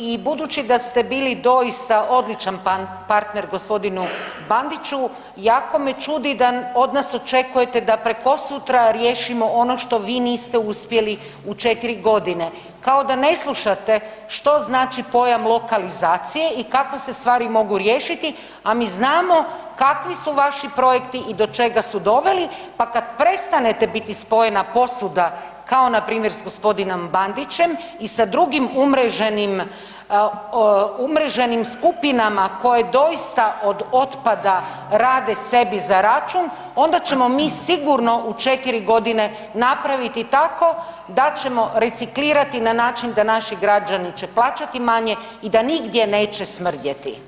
I budući da ste bili doista odlučan partner g. Bandiću jako me čudi da od nas očekujete da prekosutra riješimo ono što vi niste uspjeli u 4.g., kao da ne slušate što znači pojam „lokalizacije“ i kako se stvari mogu riješiti, a mi znamo kakvi su vaši projekti i do čega su doveli, pa kad prestanete biti spojena posuda kao npr. s g. Bandićem i sa drugim umreženim, umreženim skupinama koje doista od otpada rade sebi za račun onda ćemo mi sigurno u 4.g. napraviti tako da ćemo reciklirati na način da naši građani će plaćati manje i da nigdje neće smrdjeti.